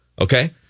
okay